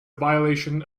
violation